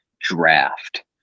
draft